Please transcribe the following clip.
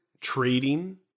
trading